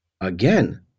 again